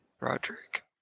Roderick